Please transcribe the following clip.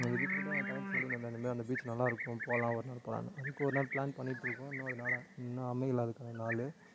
அந்த பீச் கூட என் தங்கச்சி சொல்லின்னு இருந்தால் இந்த மாதிரி அந்த பீச் நல்லா இருக்கும் போகலாம் ஒரு நாள் போகலான்னு அதுக்கு ஒரு நாள் ப்ளான் பண்ணிவிட்டு இருக்கோம் இன்னும் அதனால இன்னும் அமையலை அதுக்கான நாள்